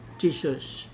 Jesus